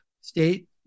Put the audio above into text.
state